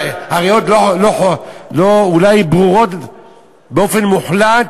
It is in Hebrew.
הראיות אולי לא ברורות באופן מוחלט,